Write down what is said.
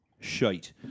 Shite